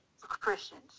Christians